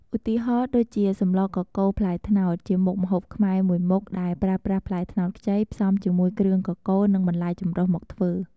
ឧទាហរណ៍ដូចជា សម្លរកកូរផ្លែត្នោត ជាមុខម្ហូបខ្មែរមួយមុខដែលប្រើប្រាស់ផ្លែត្នោតខ្ចី ផ្សំជាមួយគ្រឿងកកូរ និងបន្លែចម្រុះមកធ្វើ។